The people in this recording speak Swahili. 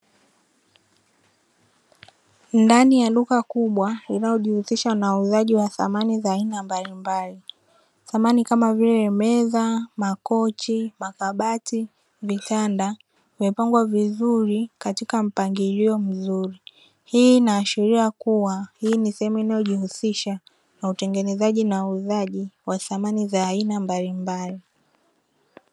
Ndani ya duka kubwa linalojihusisha na uuzaji wa samani za aina mbalimbali, samani kama vile: meza, makochi, makabati, vitanda vimepangwa vizuri katika mpangilio mzuri. Hii inaashiria kuwa hii ni sehemu inayojihusisha na utengenezaji na uuzaji wa samani za aina mbalimbali.